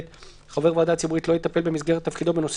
(ב)חבר ועדה ציבורית לא יטפל במסגרת תפקידו בנושא